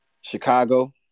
Chicago